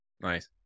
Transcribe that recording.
nice